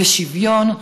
בשוויון,